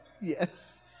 yes